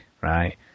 right